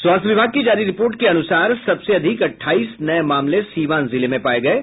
स्वास्थ्य विभाग की जारी रिपोर्ट के अनुसार सबसे अधिक अट्ठाईस नये मामले सिवान जिले में पाये गये